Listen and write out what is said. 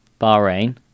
Bahrain